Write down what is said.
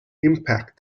impact